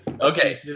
Okay